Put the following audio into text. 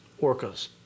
orcas